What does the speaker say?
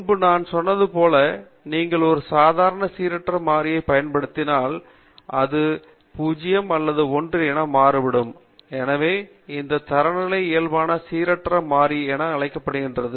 முன்பு நான் சொன்னது போல நீங்கள் ஒரு சாதாரண சீரற்ற மாறிமுறையை முறைப்படுத்தினால் இது 0 என்பது 1 என மாறுபடும் எனவே இது தரநிலை இயல்பான சீரற்ற மாறி என அழைக்கப்படுகிறது